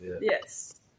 Yes